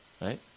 Right